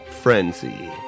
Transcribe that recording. frenzy